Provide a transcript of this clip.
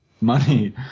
money